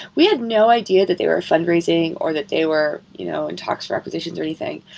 we had no idea that they were fundraising, or that they were you know and talks for acquisitions or anything.